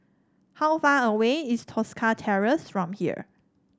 how far away is Tosca Terrace from here